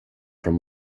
from